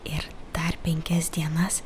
ir dar penkias dienas